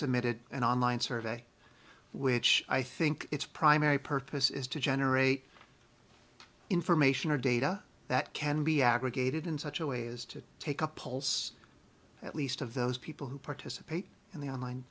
submitted an online survey which i think its primary purpose is to generate information or data that can be aggregated in such a way as to take up polls at least of those people who participate in the online